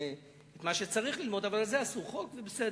את מה שצריך ללמוד אבל לזה עשו חוק וזה בסדר.